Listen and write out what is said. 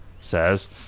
says